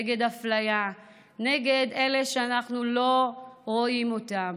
נגד אפליה, נגד אלה שאנחנו לא רואים אותם.